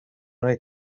nel